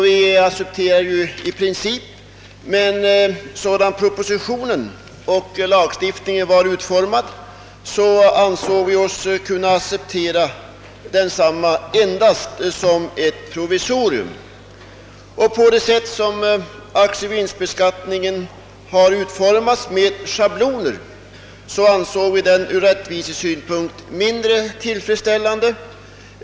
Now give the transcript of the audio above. Vi accepterade därför i princip, men så som propositionen och lagen var utformade ansåg vi oss kunna acceptera densamma endast som ett provisorium. På det sätt aktievinstbeskattningen har utformats med schabloner fann vi den ur rättvisesynpunkt mindre tillfredsställande.